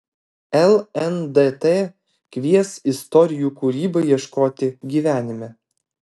lndt kvies istorijų kūrybai ieškoti gyvenime